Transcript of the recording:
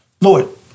Lord